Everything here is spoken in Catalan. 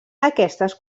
aquestes